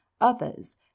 others